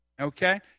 okay